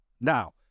Now-